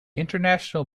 international